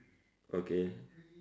okay